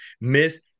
miss